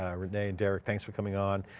ah renee and derek thanks for coming on.